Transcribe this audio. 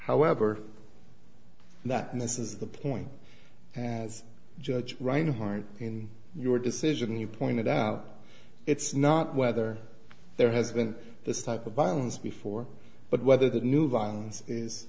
however that misses the point as judge reinhardt in your decision you pointed out it's not whether there has been this type of violence before but whether the new violence is